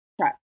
track